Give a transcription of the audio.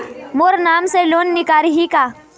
मोर नाम से लोन निकारिही का?